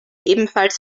ebenfalls